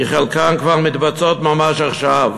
כי חלקן כבר מתבצעות ממש עכשיו.